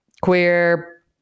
queer